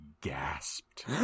gasped